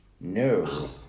No